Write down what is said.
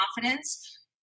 confidence